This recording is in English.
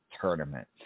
Tournament